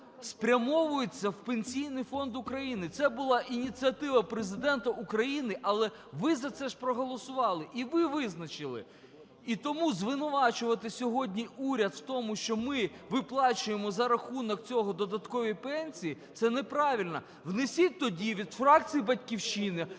спрямовуються в Пенсійний фонд України. Це була ініціатива Президента України, але ви за це проголосували і ви визначили. І тому звинувачувати сьогодні уряд в тому, що ми виплачуємо за рахунок цього додаткові пенсії, це неправильно. Внесіть тоді від фракції "Батьківщина",